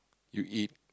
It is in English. you eat